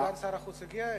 סגן שר החוץ הגיע.